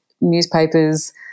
newspapers